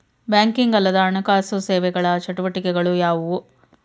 Banking ಅಲ್ಲದ ಹಣಕಾಸು ಸೇವೆಗಳ ಚಟುವಟಿಕೆಗಳು ಯಾವುವು?